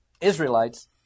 Israelites